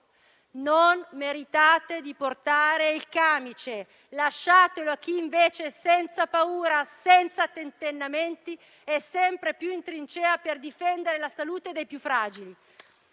non meritano di portare il camice e di lasciarlo a chi invece senza paura e senza tentennamenti è sempre più in trincea per difendere la salute dei più fragili.